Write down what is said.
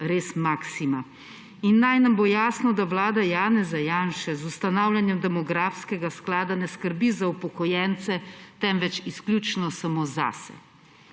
res maksima. In naj nam bo jasno, da vlada Janeza Janše z ustanavljanjem demografskega sklada ne skrbi za upokojence, temveč izključno samo zase